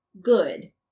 good